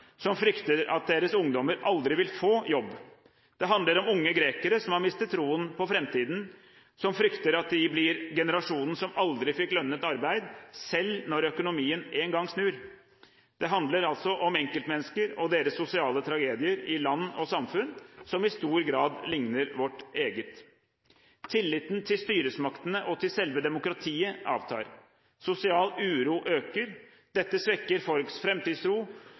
som frykter at deres ungdommer aldri vil få jobb. Det handler om unge grekere som har mistet troen på framtiden, som frykter at de blir generasjonen som aldri fikk lønnet arbeid, selv når økonomien en gang snur. Det handler altså om enkeltmennesker og deres sosiale tragedier i land og samfunn som i stor grad likner vårt eget. Tilliten til styresmaktene og til selve demokratiet avtar. Sosial uro øker. Dette svekker folks